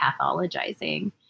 pathologizing